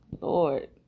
Lord